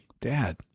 Dad